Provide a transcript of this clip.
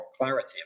clarity